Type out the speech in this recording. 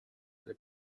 erde